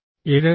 24X7 ലേക്ക്